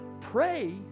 Pray